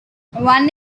one